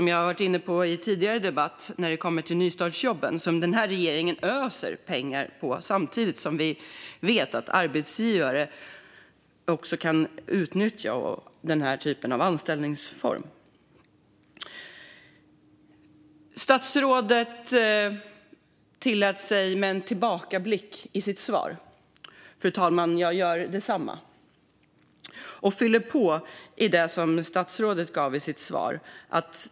Jag har varit inne på detta i tidigare debatter när det kommer till nystartsjobben, som regeringen öser pengar över samtidigt som vi vet att arbetsgivare kan utnyttja den typen av anställningsformer. Statsrådet tillät sig att göra en tillbakablick i sitt svar, fru talman, och jag ska göra detsamma och fylla på det som statsrådet sa i sitt svar.